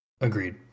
Agreed